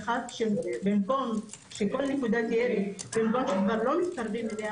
במקום שכל נקודה שכבר לא מתקרבים אליה,